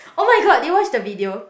[oh]-my-god did you watch the video